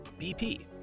BP